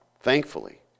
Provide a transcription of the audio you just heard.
thankfully